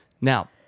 Now